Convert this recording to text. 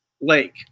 lake